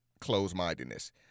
closed-mindedness